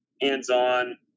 hands-on